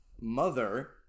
mother